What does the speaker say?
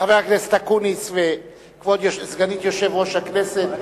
חבר הכנסת אקוניס וכבוד סגנית יושב-ראש הכנסת,